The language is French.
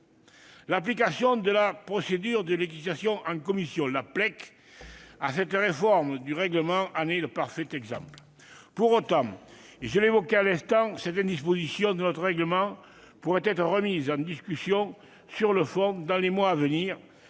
L'application de la procédure de législation en commission, la PLEC, à cette réforme du règlement en est le parfait exemple. Pour autant, et je l'évoquais à l'instant, certaines dispositions de notre règlement pourraient être remises en discussion sur le fond dans les mois à venir,